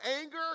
anger